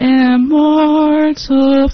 immortal